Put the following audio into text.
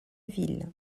ville